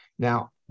Now